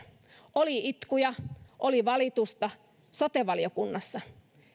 oli itkuja oli valitusta sote valiokunnassa